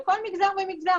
לכל מגזר ומגזר,